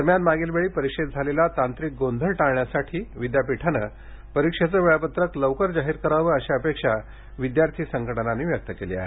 दरम्यान मागील वेळी परीक्षेत झालेला तांत्रिक गोंधळ टाळण्यासाठी विद्यापीठानें परीक्षेचं वेळापत्रक लवकर जाहीर करावं अशी अपेक्षा विद्यार्थी संघटनांनी व्यक्त केली आहे